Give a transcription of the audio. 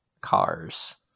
cars